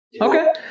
Okay